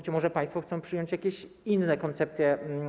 Czy może państwo chcą przyjąć jakieś inne koncepcje?